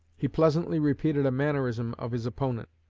he pleasantly repeated a mannerism of his opponent